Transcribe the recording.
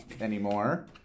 anymore